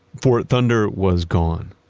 fort thunder was gone.